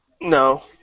No